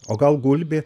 o gal gulbė